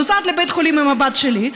נוסעת לבית חולים עם הבת שלי,